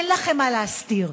אין לכם מה להסתיר,